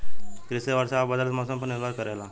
कृषि वर्षा और बदलत मौसम पर निर्भर करेला